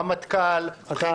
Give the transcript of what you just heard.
רמטכ"ל, בכירים בפנסיות התקציביות.